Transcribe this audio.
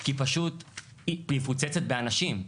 כי פשוט היא מפוצצת באנשים.